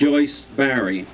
joyce barry